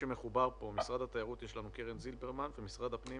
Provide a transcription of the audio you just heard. במשרד התיירות קרן זילברמן ובמשרד הפנים